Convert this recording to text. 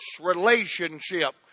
relationship